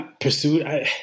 pursued